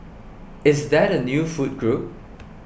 is that a new food group